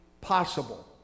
possible